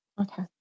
Okay